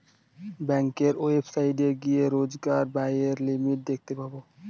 ব্যাঙ্কের ওয়েবসাইটে গিয়ে রোজকার ব্যায়ের লিমিট দেখতে পাবো